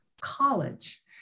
college